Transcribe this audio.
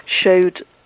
showed